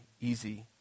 easy